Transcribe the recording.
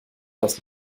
das